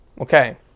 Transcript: Okay